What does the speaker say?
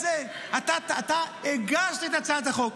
אתה הגשת את הצעת החוק.